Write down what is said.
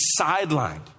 sidelined